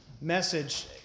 message